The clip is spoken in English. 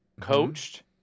coached